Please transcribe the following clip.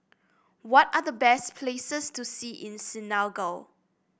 what are the best places to see in Senegal